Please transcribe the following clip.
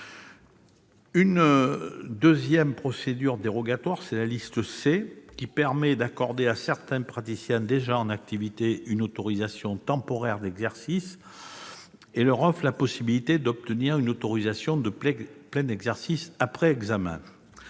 enfin, autre procédure dérogatoire, celle de la liste C, qui permet d'accorder à certains praticiens déjà en activité une autorisation temporaire d'exercice et leur offre la possibilité d'obtenir une autorisation de plein exercice après examen.